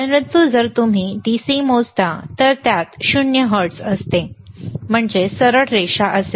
परंतु जर तुम्ही DC मोजता तर त्यात 0 हर्ट्झ सरळ रेषा असेल